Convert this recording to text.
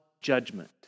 judgment